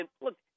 look